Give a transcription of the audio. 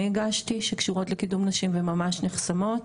הגשתי שקשורות לקידום נשים וממש נחסמות.